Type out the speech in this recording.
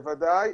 בוודאי.